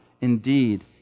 Indeed